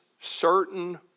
certain